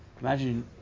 imagine